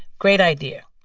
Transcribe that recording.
great idea.